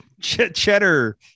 cheddar